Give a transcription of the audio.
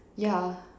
yeah